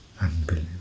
Unbelievable